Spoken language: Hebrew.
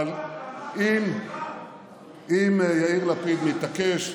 אבל אם יאיר לפיד מתעקש,